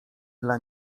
dla